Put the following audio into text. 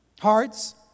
Hearts